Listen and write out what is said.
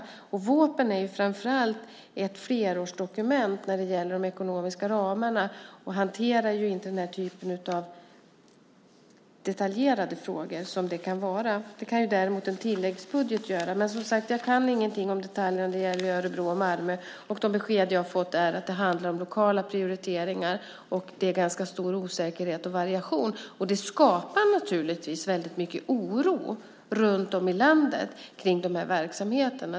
Vårpropositionen är framför allt ett flerårsdokument när det gäller de ekonomiska ramarna, och där hanteras ju inte den här typen av detaljerade frågor. Det kan däremot göras i en tilläggsbudget. Men, som sagt, jag kan ingenting om detaljerna när det gäller Örebro och Malmö. De besked som jag har fått är att det handlar om lokala prioriteringar. Det är ganska stor osäkerhet och variation. Det skapar naturligtvis väldigt mycket oro runt om i landet kring den här verksamheten.